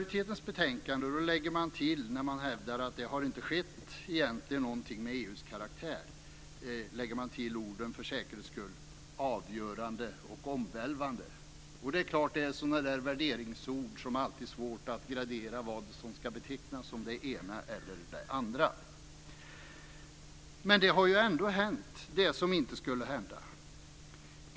I betänkandet hävdar utskottsmajoriteten att det egentligen inte har skett någonting - och för säkerhets skull lägger man till "avgörande och omvälvande" - med EU:s karaktär. Det är klart att det är sådana där värderingsord där det alltid är svårt att avgöra vad som ska betecknas som det ena eller det andra. Men det som inte skulle hända har ju ändå hänt.